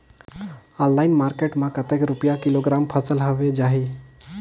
Online market मां कतेक रुपिया किलोग्राम फसल हवे जाही?